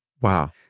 Wow